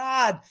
God